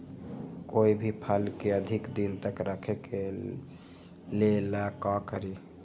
कोई भी फल के अधिक दिन तक रखे के ले ल का करी?